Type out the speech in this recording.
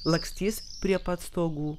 lakstys prie pat stogų